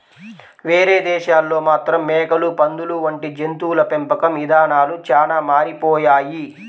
వేరే దేశాల్లో మాత్రం మేకలు, పందులు వంటి జంతువుల పెంపకం ఇదానాలు చానా మారిపోయాయి